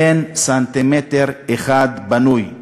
אין סנטימטר אחד פנוי,